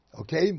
Okay